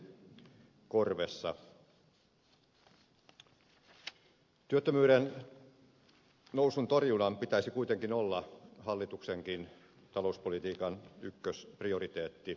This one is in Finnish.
työttömyyden nousun torjunnan pitäisi kuitenkin olla hallituksenkin talouspolitiikan ykkösprioriteetti